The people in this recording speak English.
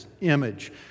image